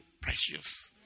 precious